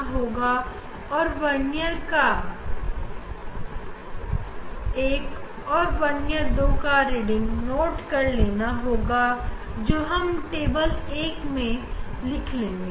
यह direct reading हम सीधी अवस्था में वर्नियर 1 और वर्नियर 2 से लेकर टेबल वन मैं लिख लेंगे